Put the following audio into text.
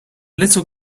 little